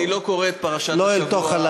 אני לא קורא את פרשת השבוע,